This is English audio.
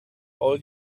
all